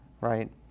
right